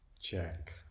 check